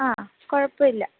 ആ കുഴപ്പം ഇല്ല